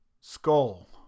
Skull